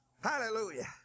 hallelujah